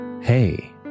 Hey